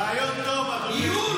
רעיון טוב, אדוני היושב בראש.